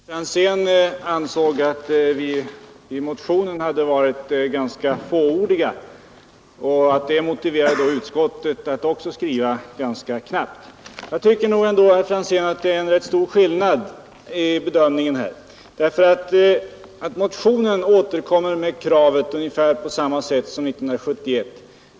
Herr talman! Herr Franzén ansåg att vi i motionen varit ganska fåordiga och att det gav utskottet motivering att också skriva ganska knappt. Jag tycker då, herr Franzén, att det är en rätt stor skillnad i bedömningen. Motionen återkommer med kravet ungefär på samma sätt som 1971.